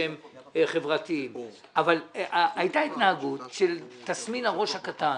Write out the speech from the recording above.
שהם חברתיים אבל היתה התנהגות של תסמין הראש הקטן